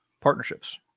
partnerships